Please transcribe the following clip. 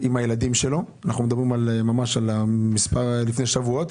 אתה אומר שנמתין שבוע.